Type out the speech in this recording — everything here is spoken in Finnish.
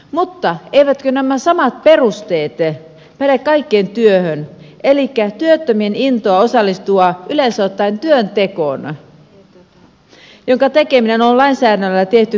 mutta eivätkö nämä samat perusteet päde kaikkeen työhön elikkä työttömien intoon osallistua yleensä ottaen työntekoon jonka tekeminen on lainsäädännöllä tehty kannattamattomaksi